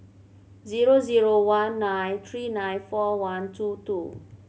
zero zero one nine three nine four one two two